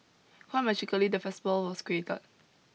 quite magically the festival was created